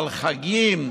ועל חגים,